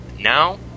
now